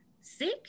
sick